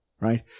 right